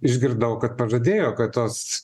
išgirdau kad pažadėjo kad tos